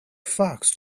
fox